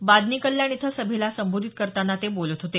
बादनी कल्याण इथं सभेला संबोधित करताना ते बोलत होते